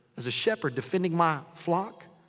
as a shepherd defending my flock.